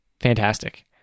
Fantastic